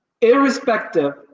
irrespective